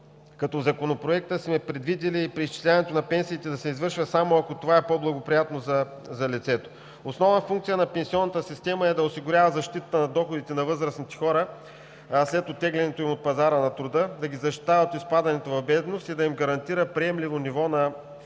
В Законопроекта сме предвидили преизчисляването на пенсиите да се извърша само ако това е по-благоприятно за лицето. Основна функция на пенсионната система е да осигурява защитата на доходите на възрастните хора след оттеглянето им от пазара на труда, да ги защитава от изпадането в бедност и да им гарантира приемливо ниво на заместване